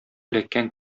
эләккән